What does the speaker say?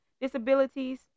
disabilities